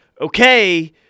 okay